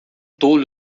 tolo